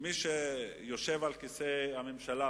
מי שיושב על כיסא הממשלה,